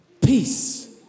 peace